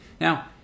Now